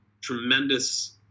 tremendous